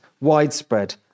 widespread